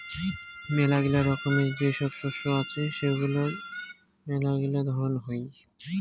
মেলাগিলা রকমের যে সব শস্য আছে সেগুলার মেলাগিলা ধরন হই